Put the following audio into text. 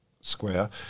Square